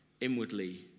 inwardly